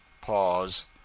Pause